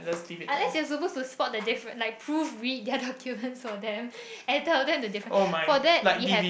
unless you are supposed to spot the difference like proofread their documents for them and tell them the difference for that we have